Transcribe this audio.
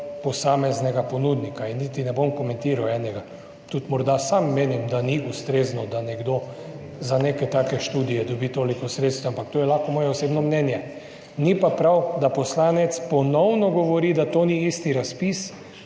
posameznega ponudnika in niti enega ne bom komentiral. Morda tudi sam menim, da ni ustrezno, da nekdo za neke take študije dobi toliko sredstev, ampak to je lahko moje osebno mnenje. Ni pa prav, da poslanec ponovno govori, da to ni isti razpis,